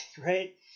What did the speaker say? right